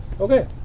Okay